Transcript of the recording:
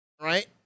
right